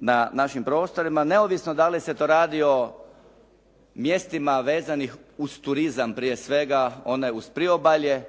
na našim prostorima, neovisno da li se to radi o mjestima vezanih uz turizam, prije svega onaj uz priobalje,